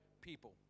people